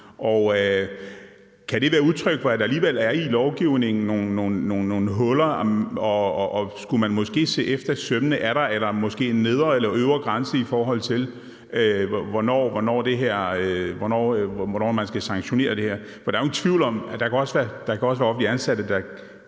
Kan det være udtryk for, at der i lovgivningen alligevel er nogle huller, og skulle man måske se efter i sømmene, om der måske er en nedre eller øvre grænse, i forhold til hvornår man skal sanktionere det her? For der kan også være offentligt ansatte,